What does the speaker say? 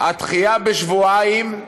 הדחייה בשבועיים,